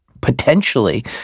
potentially